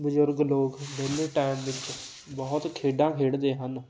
ਬਜ਼ੁਰਗ ਲੋਕ ਵਿਹਲੇ ਟਾਈਮ ਵਿੱਚ ਬਹੁਤ ਖੇਡਾਂ ਖੇਡਦੇ ਹਨ